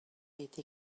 été